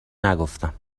نگفتم